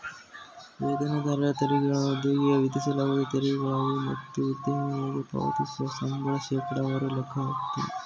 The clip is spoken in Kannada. ವೇತನದಾರರ ತೆರಿಗೆಗಳು ಉದ್ಯೋಗಿಗೆ ವಿಧಿಸಲಾದ ತೆರಿಗೆಗಳಾಗಿವೆ ಮತ್ತು ಉದ್ಯೋಗಿಗಳ್ಗೆ ಪಾವತಿಸುವ ಸಂಬಳ ಶೇಕಡವಾರು ಲೆಕ್ಕ ಹಾಕುತ್ತೆ